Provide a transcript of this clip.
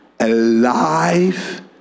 Alive